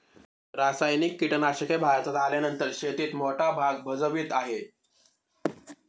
रासायनिक कीटनाशके भारतात आल्यानंतर शेतीत मोठा भाग भजवीत आहे